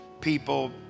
people